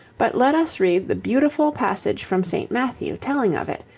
but let us read the beautiful passage from st. matthew telling of it,